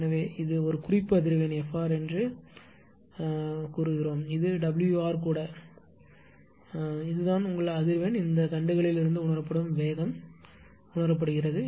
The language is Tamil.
எனவே இது ஒரு குறிப்பு அதிர்வெண் f r என்று கூறுகிறது இது ω r கூட பிரச்சனையாக இருக்காது இதுதான் உங்கள் அதிர்வெண் இந்த தண்டுகளில் இருந்து உணரப்படும் வேகம் உணரப்படுகிறது